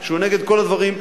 שהוא נגד "נעלה לירושלים",